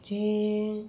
જે